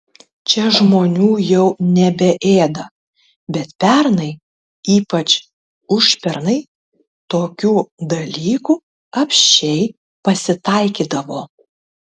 čia žmonių jau nebeėda bet pernai ypač užpernai tokių dalykų apsčiai pasitaikydavo